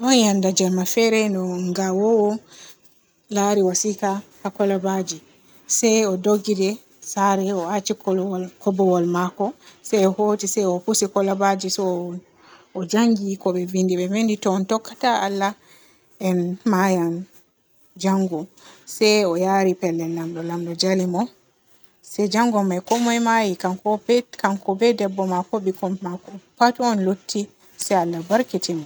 ɗon yende jemma fere no gawoowoo laari wasika haa kulbaji se o duggi ye saare o acci kub-kumbowol maako se o hooti se o pusi kulbaji se o njanngi ko be vinndi. Be vinndi to on tokka ta Allah en maayan janngo, se o yaari pellel laamɗo, laamɗo jaali mo se jango may komoi maayi kanko be kanko be debbo maako be bikkon maako pat on lotti se Allah barkidi be.